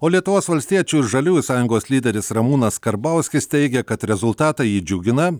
o lietuvos valstiečių ir žaliųjų sąjungos lyderis ramūnas karbauskis teigia kad rezultatai jį džiugina